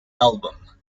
album